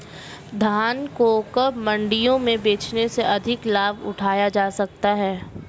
धान को कब मंडियों में बेचने से अधिक लाभ उठाया जा सकता है?